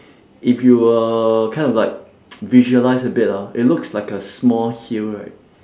if you were kind of like visualise a bit ah it looks like a small hill right